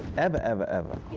ever, ever, ever.